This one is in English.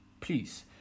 Please